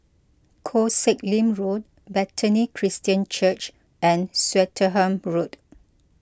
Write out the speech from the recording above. Koh Sek Lim Road Bethany Christian Church and Swettenham Road